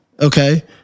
okay